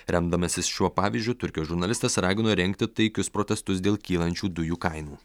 remdamasis šiuo pavyzdžiu turkijos žurnalistas ragino rengti taikius protestus dėl kylančių dujų kainų